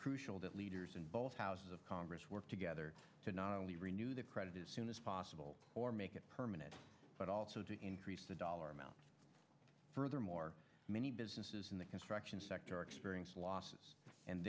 crucial that leaders in both houses of congress work together to not only renew the credit as soon as possible or make it permanent but also to increase the dollar amount furthermore many businesses in the construction sector experience losses and